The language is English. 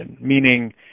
Meaning